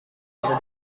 pada